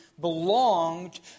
belonged